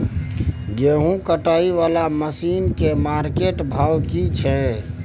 गेहूं कटाई वाला मसीन के मार्केट भाव की छै?